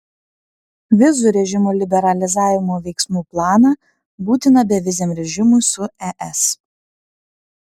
vizų režimo liberalizavimo veiksmų planą būtiną beviziam režimui su es